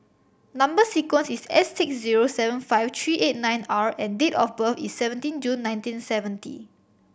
number sequence is S six zero seven five three eight nine R and date of birth is seventeen June nineteen seventy